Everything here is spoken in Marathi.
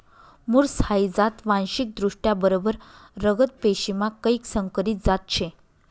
मुर्स हाई जात वांशिकदृष्ट्या बरबर रगत पेशीमा कैक संकरीत जात शे